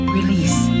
Release